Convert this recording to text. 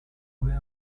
aurait